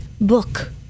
book